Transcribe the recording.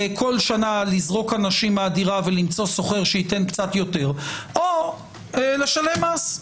כל שנה לזרוק אנשים מהדירה ולמצוא שוכר שייתן קצת יותר או לא לשלם מס.